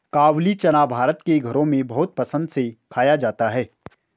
काबूली चना भारत के घरों में बहुत पसंद से खाया जाता है